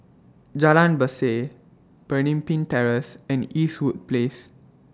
Jalan Berseh Pemimpin Terrace and Eastwood Place